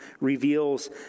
reveals